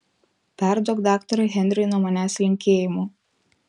perduok daktarui henriui nuo manęs linkėjimų